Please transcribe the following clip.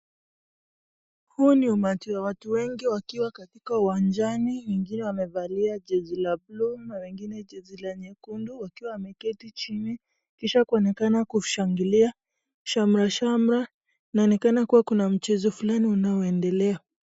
Huu ni umati wa watu wakiwa katika uwanjani wengine wamevalia jezi la buluu ama wengine jezi la nyekundu wakiwa wameketi chini kisha kuonekana kushangilia shamra shamra. Inaonekana kuwa kuna mchezo fulani unao endelea.